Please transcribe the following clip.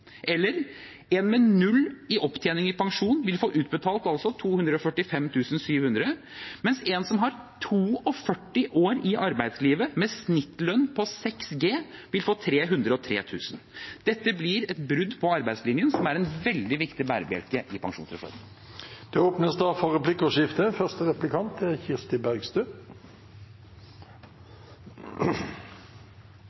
Eller: En med null i opptjening i pensjon ville altså få utbetalt 245 700 kr, mens en som har 42 år i arbeidslivet, med snittlønn på 6 G, vil få 303 000 kr. Dette blir et brudd på arbeidslinjen, som er en veldig viktig bærebjelke i pensjonsreformen. Det blir replikkordskifte. Det er